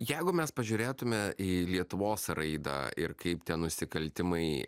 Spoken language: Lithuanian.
jeigu mes pažiūrėtume į lietuvos raidą ir kaip tie nusikaltimai